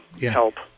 help